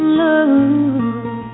love